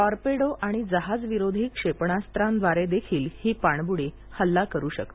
torpedo आणि जहाजविरोधी क्षेपणास्त्रांद्वार देखील ही पाणब्र्डी हल्ला करु शकते